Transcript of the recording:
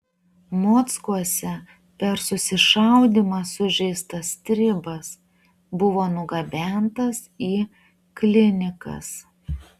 mockuose per susišaudymą sužeistas stribas buvo nugabentas į klinikas